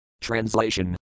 Translation